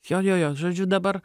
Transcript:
jo jo jo žodžiu dabar